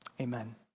Amen